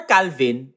Calvin